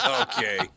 Okay